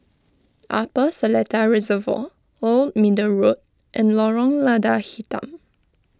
Upper Seletar Reservoir Old Middle Road and Lorong Lada Hitam